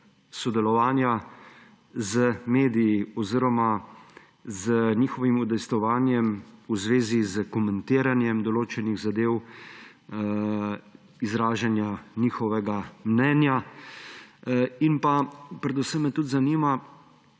sodelovanja z mediji oziroma z njihovim udejstvovanjem v zvezi s komentiranjem določenih zadev, izražanjem njihovega mnenja? Predvsem me tudi zanima: